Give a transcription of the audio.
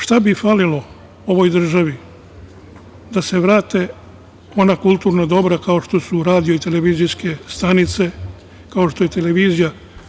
Šta bi falilo ovoj državi da se vrate ona kulturna dobra kao što su radio i televizijske stanice, kao što je televizija?